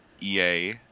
EA